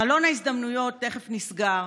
חלון ההזדמנויות תכף נסגר,